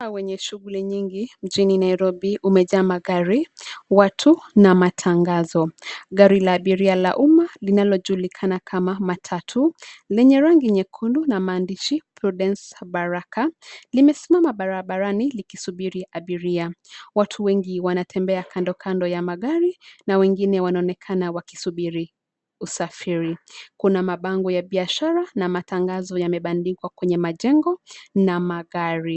Mtaa wenye shughuli nyingi mjini Nairobi umejaa magari, watu na matangazo. Gari la abiria la umma linalojulikana kama matatu, lenye rangi nyekundu na maandishi Prudence Baraka , limesimama barabarani likisubiri abiria. Watu wengi wanatembea kando kando ya magari, na wengine wanaonekana wakisubiri, usafiri. Kuna mabango ya biashara na matangazo yamebandikwa kwenye majengo, na magari.